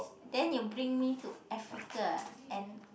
then you bring me to Africa and